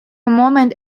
moment